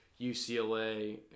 UCLA